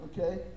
okay